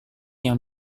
yang